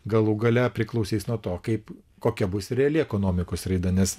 galų gale priklausys nuo to kaip kokia bus reali ekonomikos raida nes